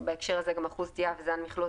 ובהקשר הזה גם "אחוז הסטיה" ו"זן מכלוא"